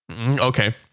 Okay